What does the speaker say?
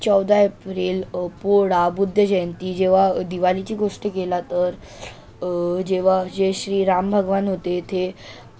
चौदा एप्रिल पोळा बुद्ध जयंती जेव्हा दिवाळीची गोष्टी केला तर जेव्हा जय श्री राम भगवान होते येथे